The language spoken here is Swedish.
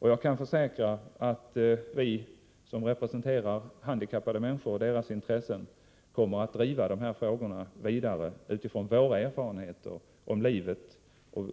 Jag kan försäkra att vi som representerar handikappade människor och deras intressen kommer att driva de här frågorna vidare utifrån våra erfarenheter av livet